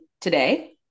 today